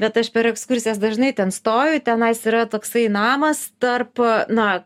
bet aš per ekskursijas dažnai ten stoju tenais yra toksai namas tarp na